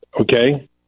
Okay